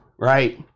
right